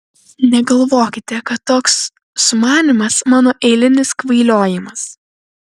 negalvokite kad toks sumanymas mano eilinis kvailiojimas